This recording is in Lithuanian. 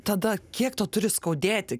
tada kiek tau turi skaudėti